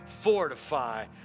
fortify